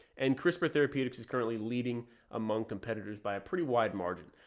and crispr therapeutics is currently leading among competitors by a pretty wide margin.